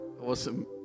awesome